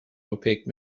opaque